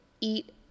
eat